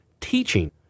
Teaching